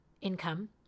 income